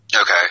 Okay